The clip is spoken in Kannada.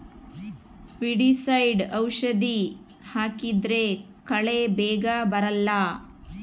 ವೀಡಿಸೈಡ್ ಔಷಧಿ ಹಾಕಿದ್ರೆ ಕಳೆ ಬೇಗ ಬರಲ್ಲ